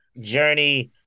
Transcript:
journey